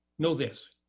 know this.